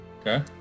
Okay